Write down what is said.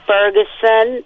Ferguson